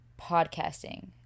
podcasting